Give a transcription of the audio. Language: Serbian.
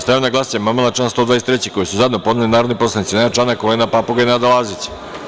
Stavljam na glasanje amandman na član 123. koji su zajedno podneli narodni poslanici Nenad Čanak, Olena Papuga i Nada Lazić.